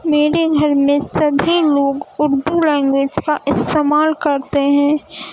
میرے گھر میں سبھی لوگ اردو لینگویج کا استعمال کرتے ہیں